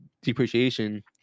depreciation